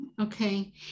Okay